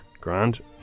Grand